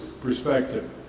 perspective